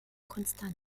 konstanz